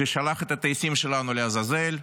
ששלח את הטייסים שלנו לעזאזל,